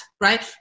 right